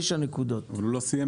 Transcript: לא ראיתי